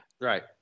Right